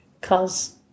cause